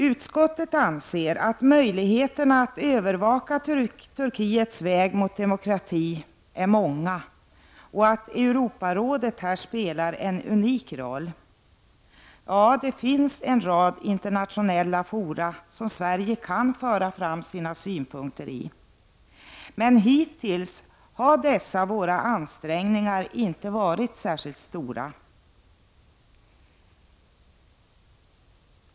Utskottet anser att möjligheterna att övervaka Turkiets väg mot demokrati är många och att Europarådet här spelar en unik roll. Det finns en rad internationella fora som Sverige kan föra fram sina synpunkter i. Men hittills har dessa våra ansträngningar inte varit särskilt stora.